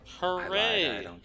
Hooray